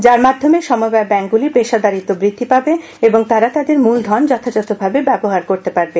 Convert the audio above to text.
যার মাধ্যমে সমবায় ব্যাঙ্কগুলির পেশাদারিত্ব বৃদ্ধি পাবে এবং তারা তাদের মূলধন যথাযথ ভাবে ব্যবহার করতে পারবে